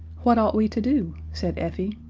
what ought we to do? said effie.